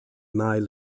mai